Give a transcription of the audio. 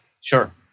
sure